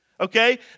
okay